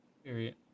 Period